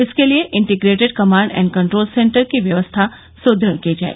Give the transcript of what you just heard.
इसके लिये integrated command and control centre की व्यवस्था सुदृढ की जाय